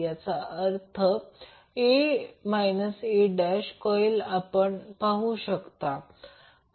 याचाच अर्थ a a' coil आपण पाहू शकता